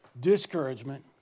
discouragement